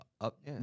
up